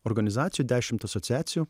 organizacijų dešimt asociacijų